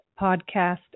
podcast